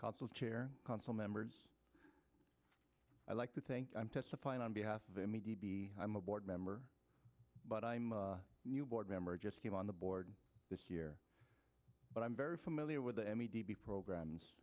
counsel chair council members i like to think i'm testifying on behalf of imedi b i'm a board member but i'm a new board member just came on the board this year but i'm very familiar with the m e d b programs